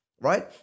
right